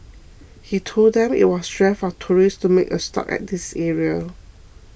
he told them it was rare for tourists to make a stop at this area